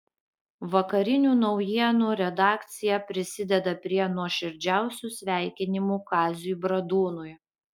vakarinių naujienų redakcija prisideda prie nuoširdžiausių sveikinimų kaziui bradūnui